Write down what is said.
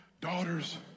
daughters